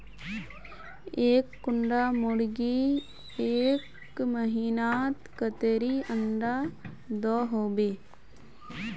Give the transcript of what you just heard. एक कुंडा मुर्गी एक महीनात कतेरी अंडा दो होबे?